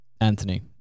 Anthony